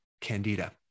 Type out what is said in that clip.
candida